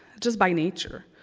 just by nature.